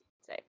say